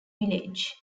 village